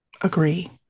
Agree